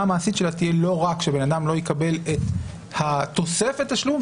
המעשית שלה תהיה לא רק שבן אדם לא יקבל את תוספת התשלום,